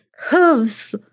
Hooves